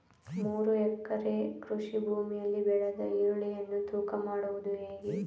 ಮೂರು ಎಕರೆ ಕೃಷಿ ಭೂಮಿಯಲ್ಲಿ ಬೆಳೆದ ಈರುಳ್ಳಿಯನ್ನು ತೂಕ ಮಾಡುವುದು ಹೇಗೆ?